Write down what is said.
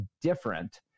different